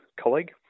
colleague